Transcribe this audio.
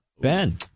Ben